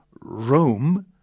Rome